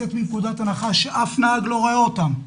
לצאת מנקודת הנחה ששום נהג לא רואה אותם.